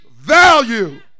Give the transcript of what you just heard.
value